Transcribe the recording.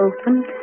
opened